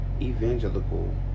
evangelical